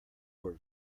were